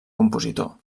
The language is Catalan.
compositor